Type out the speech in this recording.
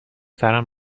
سرم